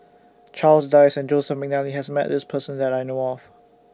Charles Dyce Joseph Mcnally has Met This Person that I know of